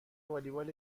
والیبال